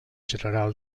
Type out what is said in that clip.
general